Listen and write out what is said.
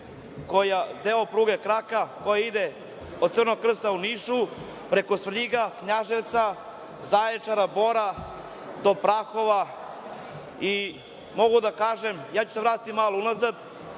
prugu, deo pruge kraga, koji ide od Crvenog krsta u Nišu, preko Svrljiga, Knjaževca, Zaječara, Bora, do Prahova i mogu da kažem, jer ću se vratiti malo unazad,